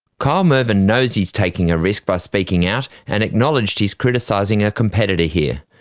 kyle mervin knows he is taking a risk by speaking out, and acknowledged he is criticising a competitor here.